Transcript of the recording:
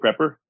Prepper